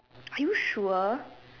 are you sure